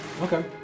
Okay